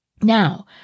Now